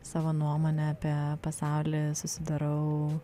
savo nuomonę apie pasaulį susidarau